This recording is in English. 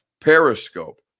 Periscope